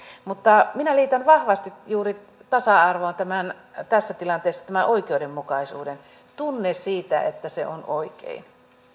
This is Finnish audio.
mutta minä liitän vahvasti juuri tasa arvoon tässä tilanteessa tämän oikeudenmukaisuuden tunteen siitä että se on oikein